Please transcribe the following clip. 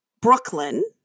Brooklyn